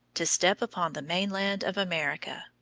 to step upon the mainland of america.